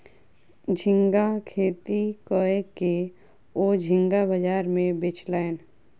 झींगा खेती कय के ओ झींगा बाजार में बेचलैन